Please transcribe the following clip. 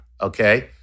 okay